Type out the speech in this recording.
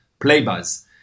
Playbuzz